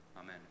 Amen